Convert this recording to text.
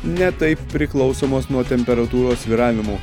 ne taip priklausomos nuo temperatūros svyravimų